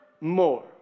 more